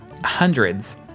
hundreds